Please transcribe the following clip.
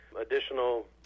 additional